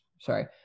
sorry